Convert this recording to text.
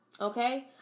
okay